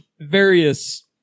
various